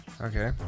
Okay